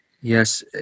yes